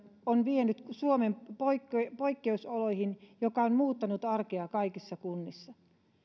on vienyt suomen poikkeusoloihin jotka ovat muuttaneet arkea kaikissa kunnissa